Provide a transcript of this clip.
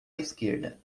esquerda